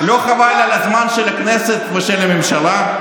לא חבל על הזמן של הכנסת ושל הממשלה?